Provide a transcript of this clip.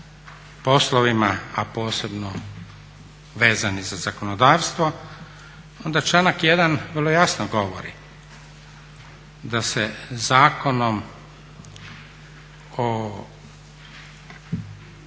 poslovnima, a posebno vezanih za zakonodavstvo onda članak 1.vrlo jasno govori da se zakonom